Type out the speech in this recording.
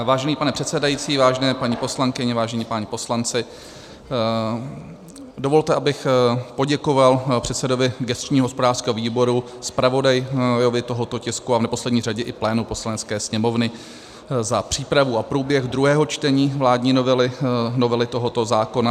Vážený pane předsedající, vážené paní poslankyně, vážení páni poslanci, dovolte, abych poděkoval předsedovi gesčního hospodářského výboru, zpravodaji tohoto tisku a v neposlední řadě i plénu Poslanecké sněmovny za přípravu a průběh druhého čtení vládní novely tohoto zákona.